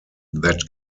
that